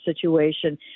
situation